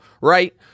right